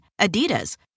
Adidas